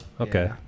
Okay